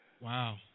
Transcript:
Wow